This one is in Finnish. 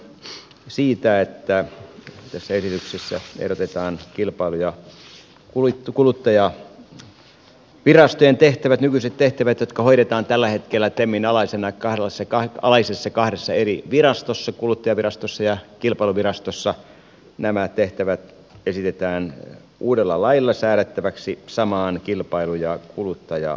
tässähän kysymys on siitä että tässä esityksessä ehdotetaan kilpailu ja kuluttajavirastojen tehtävät nykyiset tehtävät jotka hoidetaan tällä hetkellä temin alaisissa kahdessa eri virastossa kuluttajavirastossa ja kilpailuvirastossa uudella lailla säädettäväksi samaan kilpailu ja kuluttajavirastoon